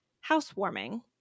housewarming